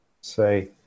say